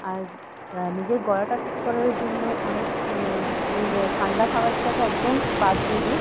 আর নিজের গলাটা ঠিক করার জন্য অনেক স মানে আমি ঠান্ডা খাবারটাকে একদম বাদ দিয়ে দিই